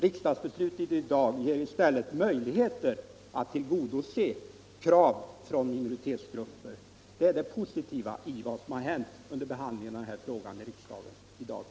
Riksdagsbeslutet i dag ger oss möjligheter att tillgodose krav från minoritetsgrupper. Det är det positiva i vad som hänt under behandlingen av den här frågan i riksdagen i dag.